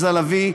עליזה לביא,